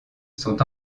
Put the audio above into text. sont